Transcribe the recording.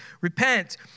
Repent